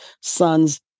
son's